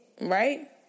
right